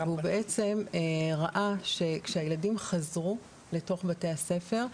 הוא בעצם ראה כשהילדים חזרו לתוך בית הספר,